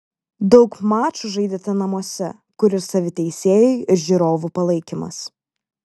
daug mačų žaidėte namuose kur ir savi teisėjai ir žiūrovų palaikymas